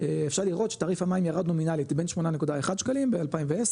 אפשר לראות שתעריף המים ירד נומינלית בין 8.1 ₪ ב-2010,